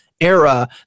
era